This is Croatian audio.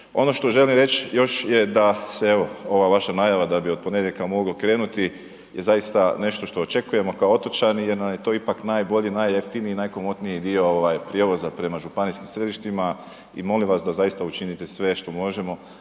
Ono što želim reć još je da se evo ova naša najava da bi od ponedjeljka mogao krenuti je zaista nešto što očekujemo kao otočani jer nam je to ipak najbolji i najjeftiniji i najkomotniji dio ovaj prijevoza prema županijskim središtima i molim vas da zaista učinite sve što možemo